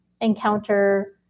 encounter